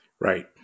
Right